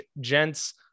gents